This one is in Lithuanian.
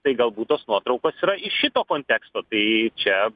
tai galbūt tos nuotraukos yra iš šito konteksto tai čia